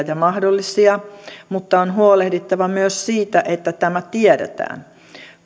ja mahdollisia mutta on huolehdittava myös siitä että tämä tiedetään